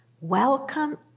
Welcome